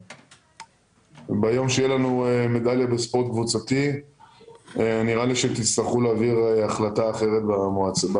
ביום שתהיה לנו מדליה בספורט קבוצתי נראה לי שתצטרכו להעביר החלטה אחרת.